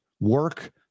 work